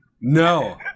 No